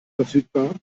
verfügbar